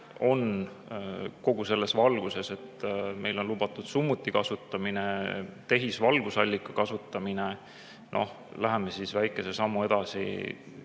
et kogu selles valguses, et meil on lubatud summuti kasutamine, tehisvalgusallika kasutamine, me astume väikese sammu edasi.